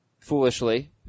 foolishly